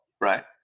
Right